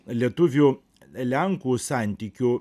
lietuvių lenkų santykių